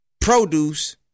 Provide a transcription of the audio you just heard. produce